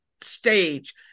stage